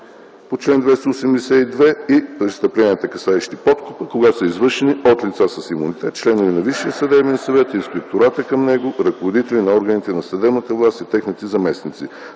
по чл. 282 и престъпленията, касаещи подкупа, когато са извършени от лица с имунитет, членове на Висшия съдебен съвет, Инспектората към него, ръководители на органите на съдебната власт и техните заместници,